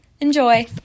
Enjoy